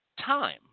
time